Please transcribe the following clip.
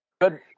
good